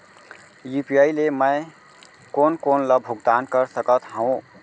UPI ले मैं कोन कोन ला भुगतान कर सकत हओं?